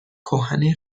کهن